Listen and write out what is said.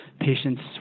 patients